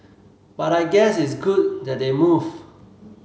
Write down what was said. but I guess it's good that they move